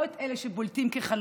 לא את אלה שבולטים כחלשים